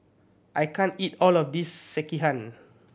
I can't eat all of this Sekihan